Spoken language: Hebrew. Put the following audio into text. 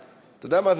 אתה יודע מה,